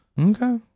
Okay